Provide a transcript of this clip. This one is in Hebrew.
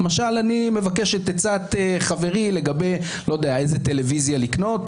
למשל אני מבקש את עצת חברי לגבי איזה טלוויזיה לקנות.